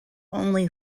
only